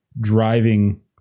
driving